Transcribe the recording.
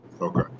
Okay